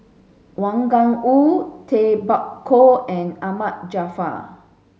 Wang Gungwu Tay Bak Koi and Ahmad Jaafar